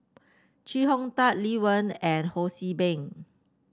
Chee Hong Tat Lee Wen and Ho See Beng